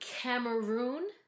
Cameroon